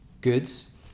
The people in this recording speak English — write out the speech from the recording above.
goods